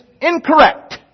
incorrect